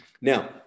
Now